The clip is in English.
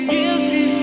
Guilty